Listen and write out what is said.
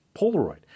polaroid